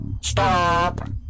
Stop